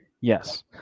Yes